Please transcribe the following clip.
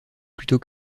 plutôt